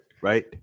Right